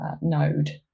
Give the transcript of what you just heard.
Node